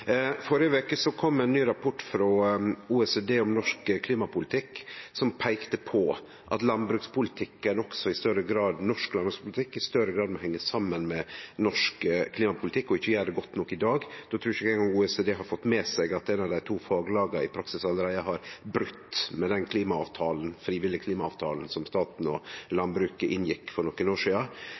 norsk klimapolitikk som peikte på at norsk landbrukspolitikk i større grad må henge saman med norsk klimapolitikk, og ikkje gjer det godt nok i dag. Då trur eg ikkje eingong OECD har fått med seg at eit av dei to faglaga i praksis allereie har brote med den frivillige klimaavtalen som staten og landbruket inngjekk for nokre år sidan.